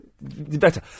better